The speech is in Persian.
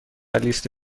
لیست